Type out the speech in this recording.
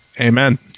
Amen